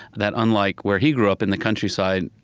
that unlike where he grew up in the countryside,